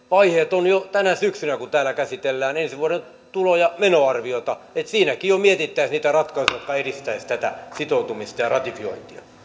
vaiheet ovat jo tänä syksynä kun täällä käsitellään ensi vuoden tulo ja menoarviota että siinäkin jo mietittäisiin niitä ratkaisuja jotka edistäisivät tätä sitoutumista ja ratifiointia